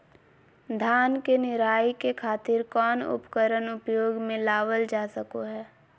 धान के निराई के खातिर कौन उपकरण उपयोग मे लावल जा सको हय?